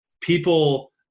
people